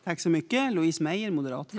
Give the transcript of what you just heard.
Fru talman! Jag har ingen uppföljande fråga.